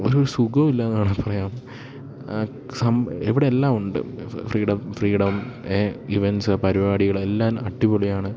ഒരു സുഖവും ഇല്ലാന്ന് വേണേൽ പറയാം സം ഇവ്ടെല്ലാം ഉണ്ട് ഫ്രീഡം ഫ്രീഡം ഇവെൻസ് പരിപാടികളെല്ലാം അടിപൊളിയാണ്